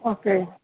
okay